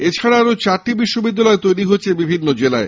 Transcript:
এছাড়া আরো চারটি বিশ্ববিদ্যালয় তৈরি হচ্ছে বিভিন্ন জেলায়